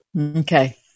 Okay